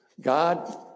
God